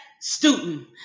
student